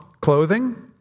clothing